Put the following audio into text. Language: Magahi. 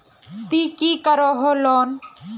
ती की करोहो लोन?